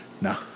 No